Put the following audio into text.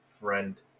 friend